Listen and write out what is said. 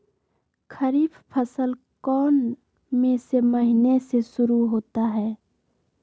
खरीफ फसल कौन में से महीने से शुरू होता है?